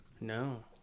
No